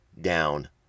down